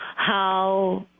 how